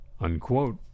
Unquote